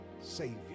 Savior